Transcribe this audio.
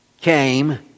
came